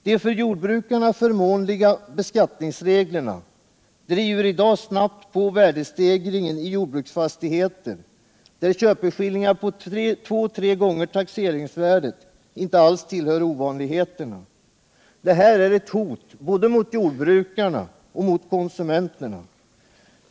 De för jordbrukarna förmånliga beskattningsreglerna driver i dag snabbt på värdestegringen i jordbruksfastigheter, där köpeskillingar på två tre gånger taxeringsvärdet inte alls tillhör ovanligheterna. Detta är ett hot både mot jordbrukarna och mot konsumenterna.